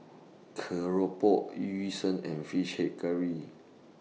Keropok Yu Sheng and Fish Head Curry